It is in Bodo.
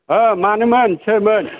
औ मानोमोन सोरमोन